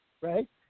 right